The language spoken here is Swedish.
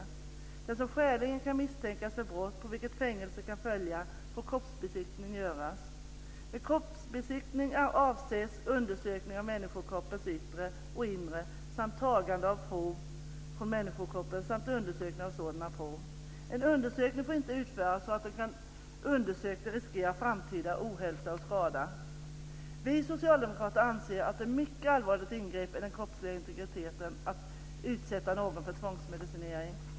På den som skäligen kan misstänkas för brott på vilket fängelse kan följa får kroppsbesiktning göras. Med kroppsbesiktning avses undersökning av människokroppens yttre och inre och tagande av prov från människokroppen samt undersökning av sådana prov. En undersökning får inte utföras så att den undersökte riskerar framtida ohälsa och skada. Vi socialdemokrater anser att det är ett mycket allvarligt ingrepp i den kroppsliga integriteten att utsätta någon för tvångsmedicinering.